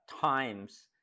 times